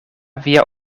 via